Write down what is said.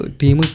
team